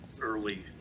early